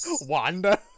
wanda